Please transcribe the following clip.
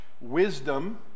wisdom